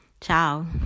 Ciao